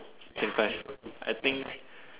twenty five I think